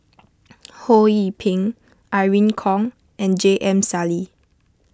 Ho Yee Ping Irene Khong and J M Sali